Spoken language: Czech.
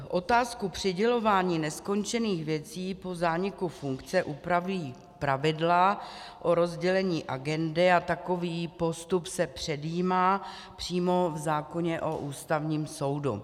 Otázku přidělování neskončených věcí po zániku funkce upravují pravidla o rozdělení agendy a takový postup se předjímá přímo v zákoně o Ústavním soudu.